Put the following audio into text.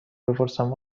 بپرسم